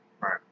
Right